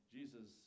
Jesus